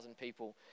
people